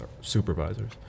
supervisors